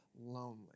lonely